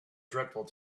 dreadful